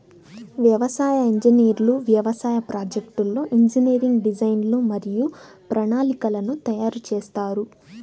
వ్యవసాయ ఇంజనీర్లు వ్యవసాయ ప్రాజెక్ట్లో ఇంజనీరింగ్ డిజైన్లు మరియు ప్రణాళికలను తయారు చేస్తారు